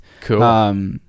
Cool